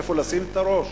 איפה לשים את הראש,